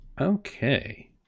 Okay